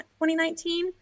2019